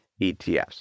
ETFs